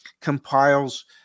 compiles